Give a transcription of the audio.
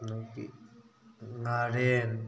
ꯉꯥꯔꯦꯟ